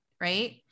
Right